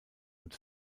und